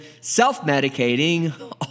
self-medicating